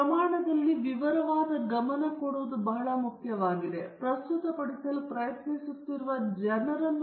ಪ್ರಮಾಣದಲ್ಲಿ ವಿವರವಾದ ಗಮನ ಕೊಡುವುದು ಬಹಳ ಮುಖ್ಯವಾಗಿದೆ ಯಾವ ವಿವರಣೆ ಸಂಕೀರ್ಣತೆಯ ಮಟ್ಟ ಮತ್ತು ಪ್ರಮಾಣದ ಆಯ್ಕೆ ಎಂದು ನಾನು ಗಮನಸೆಳೆದಿದ್ದೇನೆ